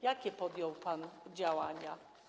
Jakie podjął pan działania?